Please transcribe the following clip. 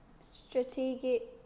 strategic